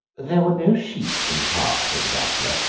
there were no sheep in the park, said the bachelor,